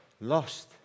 lost